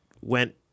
went